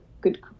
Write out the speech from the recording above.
good